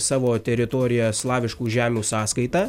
savo teritoriją slaviškų žemių sąskaita